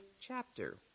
chapter